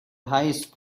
highest